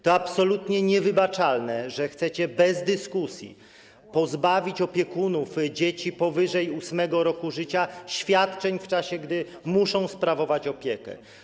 To absolutnie niewybaczalne, że chcecie bez dyskusji pozbawić opiekunów dzieci powyżej 8. roku życia świadczeń w czasie, gdy muszą sprawować opiekę.